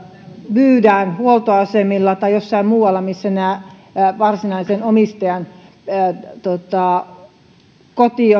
myydään huoltoasemilla tai jossain muualla kuin missä tämän varsinaisen omistajan tai näiden pentujen koti